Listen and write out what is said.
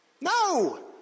No